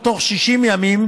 ולא תוך 60 ימים,